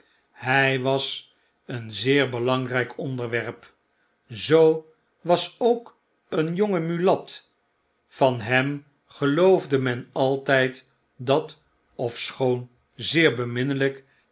hy was een zeer belangryk onderwerp zoo was ook een jonge mulat van hem geloofde men altyd dat ofschoon zeer beminnelijk